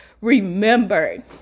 remembered